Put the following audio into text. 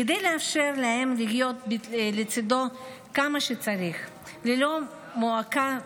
כדי לאפשר להם להיות לצידו כמה שצריך ללא מועקה.